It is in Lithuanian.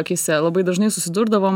akyse labai dažnai susidurdavom